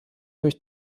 durch